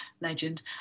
legend